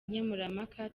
nkemurampaka